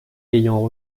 ayant